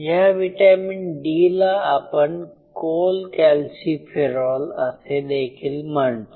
या vitamin D ला आपण कोलकॅल्सिफेरॉल असे देखील म्हणतो